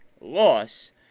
loss